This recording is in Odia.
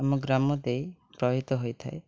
ଆମ ଗ୍ରାମ ଦେଇ ପ୍ରଭାବିତ ହୋଇଥାଏ